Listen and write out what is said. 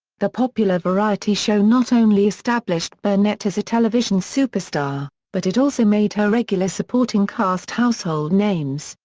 the popular variety show not only established burnett as a television superstar, but it also made her regular supporting cast household names,